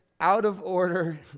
out-of-order